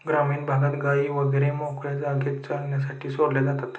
ग्रामीण भागात गायी वगैरे मोकळ्या जागेत चरण्यासाठी सोडल्या जातात